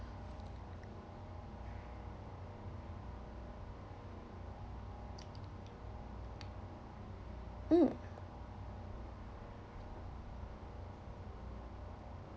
mm